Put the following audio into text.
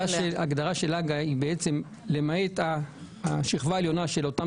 ההגדרה של הג"א היא למעט השכבה העליונה של אותן